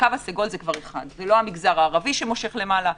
זה כבר 1. זה לא המגזר הערבי שמושך למעלה.